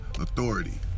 authority